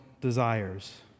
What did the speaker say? desires